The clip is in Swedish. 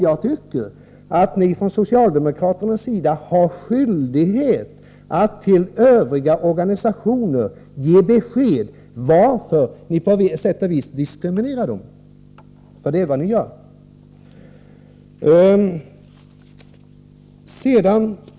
Jag tycker att ni från socialdemokraternas sida har skyldighet att till övriga organisationer ge besked om varför ni på sätt och vis diskriminerar dem, för det är vad ni gör.